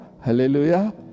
Hallelujah